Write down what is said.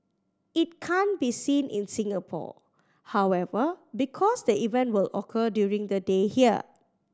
it can't be seen in Singapore however because the event will occur during the day here